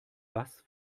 bass